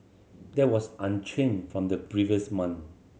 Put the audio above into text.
that was unchanged from the previous month